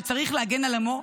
שצריך להגן על עמו,